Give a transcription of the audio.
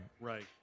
Right